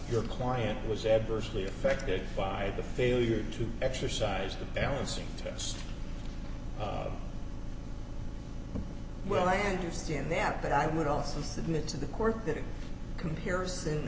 your client was adversely affected by the failure to exercise the balancing test well i understand that but i would also submit to the court that a comparison